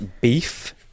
beef